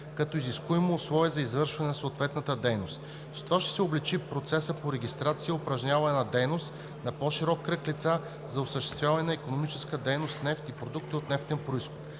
като изискуемо условие за извършване на съответната дейност. С това ще се облекчи процесът по регистрация и упражняване на дейност на по-широк кръг лица да осъществяват икономически дейности с нефт и продукти от нефтен произход.